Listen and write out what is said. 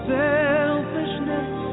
selfishness